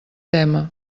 tema